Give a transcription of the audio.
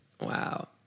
Wow